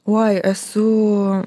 uoj esu